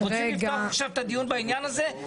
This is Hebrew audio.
רוצים לפתוח עכשיו את הדיון בעניין הזה?